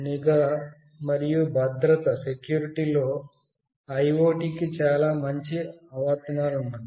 నిఘా మరియు భద్రత లో IoT కి చాలా మంచి అనువర్తనాలు వచ్చాయి